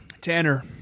Tanner